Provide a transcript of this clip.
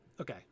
Okay